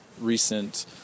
recent